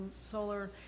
Solar